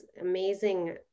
amazing